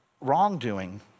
wrongdoing